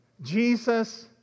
Jesus